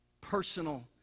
personal